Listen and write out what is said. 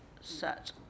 set